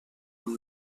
amb